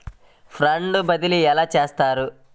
Fund బదిలీ ఎలా చేస్తారు?